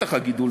לשטח הגידול,